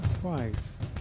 twice